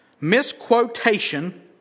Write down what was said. misquotation